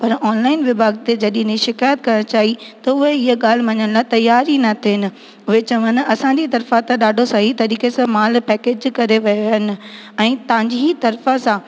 पर ऑनलाइन विभाॻ ते जॾहिं हिनजी शिकायत करणु चाहीं त उहा हीअ ॻाल्हि मञण लाइ तैयार ई न थिएनि उहे चवनि न असांजे तर्फ़ां त ॾाढो सही तरीक़े सां माल पेकेज करे विया आहिनि ऐं तव्हांजी ही तर्फ़ां सां